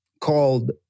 called